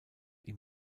ihm